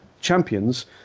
champions